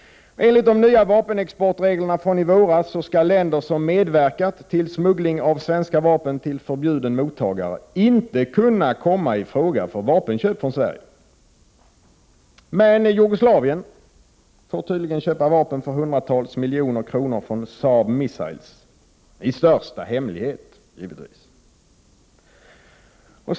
Enligt de nya vapenexportreglerna från i våras skall länder som medverkat till smuggling av svenska vapen till förbjuden mottagare inte kunna komma i fråga för köp av vapen från Sverige. Men Jugoslavien får tydligen köpa vapen för hundratals miljoner kronor från Saab Missiles, i största hemlighet givetvis.